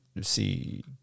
See